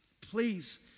please